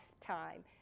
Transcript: time